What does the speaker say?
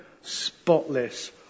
spotless